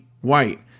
white